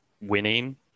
winning